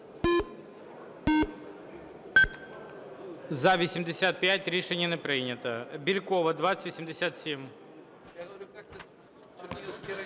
За-85 Рішення не прийнято. Бєлькова, 2087.